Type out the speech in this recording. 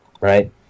right